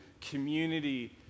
community